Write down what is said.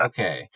Okay